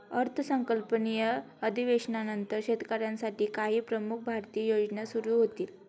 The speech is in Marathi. अर्थसंकल्पीय अधिवेशनानंतर शेतकऱ्यांसाठी काही प्रमुख भारतीय योजना सुरू होतील